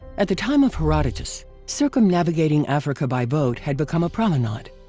at the time of herodotus, circumnavigating africa by boat had become a promenade.